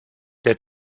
der